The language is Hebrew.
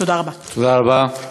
תודה רבה.